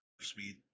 speed